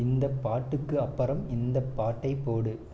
இந்தப் பாட்டுக்கு அப்புறம் இந்தப் பாட்டை போடு